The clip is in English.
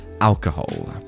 alcohol